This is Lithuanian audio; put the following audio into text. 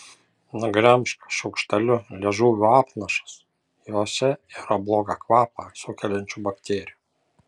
nugremžk šaukšteliu liežuvio apnašas jose yra blogą kvapą sukeliančių bakterijų